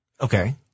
Okay